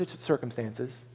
circumstances